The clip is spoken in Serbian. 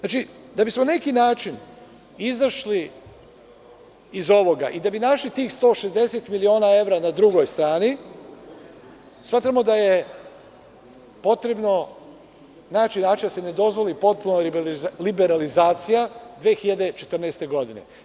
Da bismo na neki način izašli iz ovoga i da bi našli tih 160 miliona evra na drugoj strani, smatramo da je potrebno naći način da se ne dozvoli potpuna liberalizacija 2014. godine.